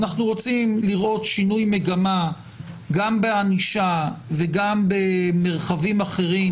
אנחנו רוצים לראות שינוי מגמה גם בענישה וגם במרחבים אחרים,